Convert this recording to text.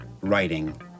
writing